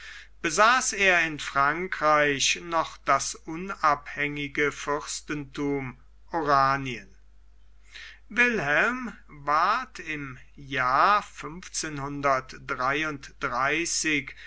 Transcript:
besaß er in frankreich noch das unabhängige fürstentum oranien wilhelm ward im jahr